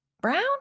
Brown